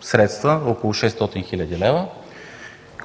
средства, около 600 хил. лв.